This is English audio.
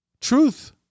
Truth